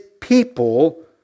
people